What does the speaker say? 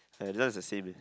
ah this one is the same eh